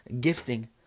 gifting